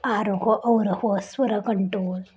आरोह अवरोह स्वर कंटोल